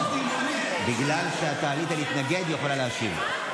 בגלל שאתה עלית להתנגד, היא יכולה להשיב.